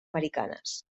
americans